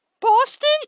Boston